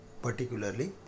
particularly